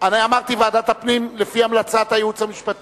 עברה בקריאה טרומית